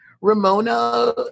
Ramona